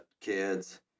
kids